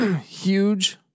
huge